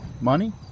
Money